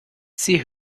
sie